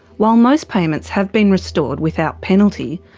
while most payments have been restored without penalty,